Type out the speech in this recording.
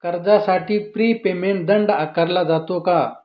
कर्जासाठी prepayment दंड आकारला जातो का?